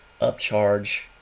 upcharge